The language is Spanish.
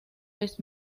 vez